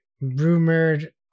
rumored